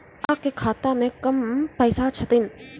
अहाँ के खाता मे कम पैसा छथिन?